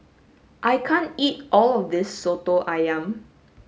I can't eat all of this Soto Ayam